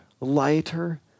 lighter